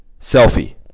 selfie